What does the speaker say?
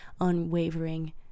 unwavering